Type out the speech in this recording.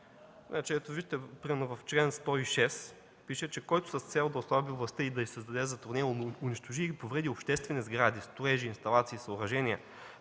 Вижте, примерно в чл. 106 пише, че: „Който с цел да отслаби властта или да й създаде затруднения унищожи или повреди обществени сгради, строежи, инсталации, съоръжения,